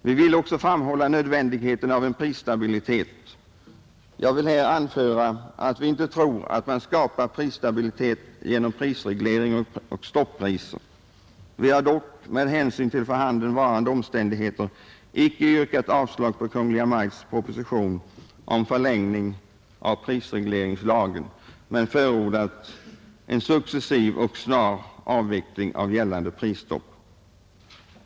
Vi vill också framhålla nödvändigheten av en prisstabilitet. Jag vill understryka att vi inte tror att man skapar prisstabilitet genom prisreglering och stoppriser. Vi har dock med hänsyn till förhandenvarande omständigheter icke yrkat avslag på Kungl. Maj:ts proposition om förlängning av prisregleringslagen men förordar en successiv och snar avveckling av gällande prisstopp.